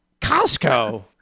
Costco